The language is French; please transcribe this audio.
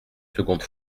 seconde